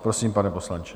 Prosím, pane poslanče.